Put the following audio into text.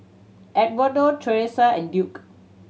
Edwardo Teressa and Duke